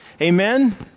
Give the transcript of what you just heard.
amen